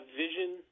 vision